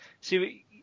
See